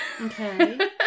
Okay